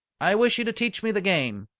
i wish you to teach me the game.